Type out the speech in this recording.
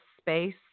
space